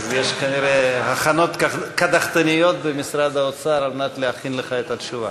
אז יש כנראה הכנות קדחתניות במשרד האוצר להכין לך את התשובה.